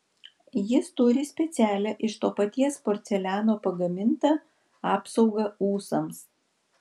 jis turi specialią iš to paties porceliano pagamintą apsaugą ūsams